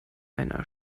einer